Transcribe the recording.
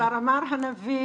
וכבר אמר הנביא,